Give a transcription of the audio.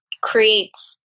creates